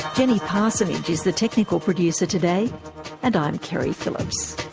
jenny parsonage is the technical producer today and i'm keri phillips